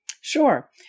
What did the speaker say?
Sure